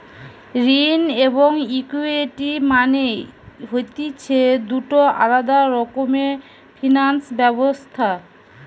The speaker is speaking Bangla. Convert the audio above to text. ঋণ এবং ইকুইটি মানে হতিছে দুটো আলাদা রকমের ফিনান্স ব্যবস্থা